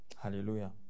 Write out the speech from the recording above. Hallelujah